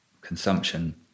consumption